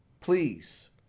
Please